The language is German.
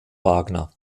wagner